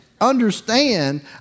understand